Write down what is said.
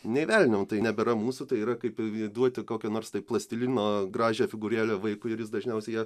nei velnio tai nebėra mūsų tai yra kaip įduoti kokią nors tai plastilino gražią figūrėlę vaikui ir jis dažniausiai ją